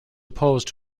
opposed